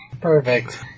Perfect